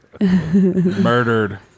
Murdered